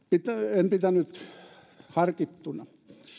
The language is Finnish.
en pitänyt harkittuna